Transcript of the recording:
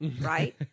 Right